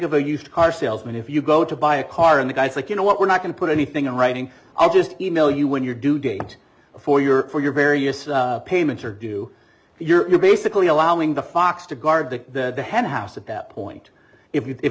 of a used car salesman if you go to buy a car in the guys like you know what we're not going to put anything in writing i'll just email you when your due date for your for your various payments are due you're basically allowing the fox to guard the henhouse at that point if you if